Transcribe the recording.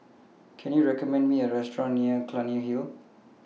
Can YOU recommend Me A Restaurant near Clunny Hill